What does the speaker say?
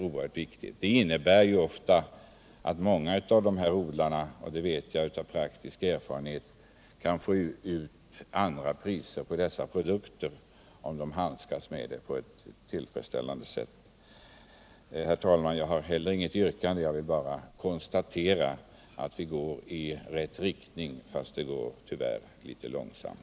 Det innebär ofta att många av dessa odlare — det vet jag av praktisk erfarenhet — kan få ut andra priser på sina produkter, om de handskas med dem på ett tillfredsställande sätt. Herr talman! Inte heller jag har något yrkande. Jag vill bara konstatera att utvecklingen går i rätt riktning, fast den tyvärr går litet långsamt.